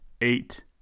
eight